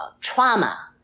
trauma